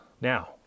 now